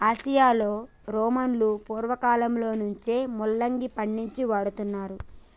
ఆసియాలో రోమను పూర్వకాలంలో నుంచే ముల్లంగిని పండించి వాడుతున్నారు